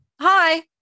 Hi